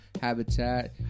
habitat